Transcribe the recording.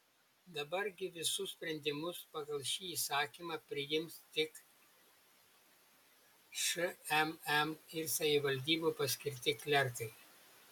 dabar gi visus sprendimus pagal šį įsakymą priims tik šmm ir savivaldybių paskirti klerkai